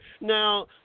Now